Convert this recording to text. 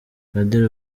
padiri